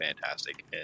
fantastic